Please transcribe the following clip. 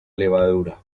levadura